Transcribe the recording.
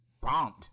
bombed